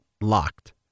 LOCKED